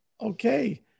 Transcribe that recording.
okay